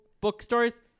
bookstores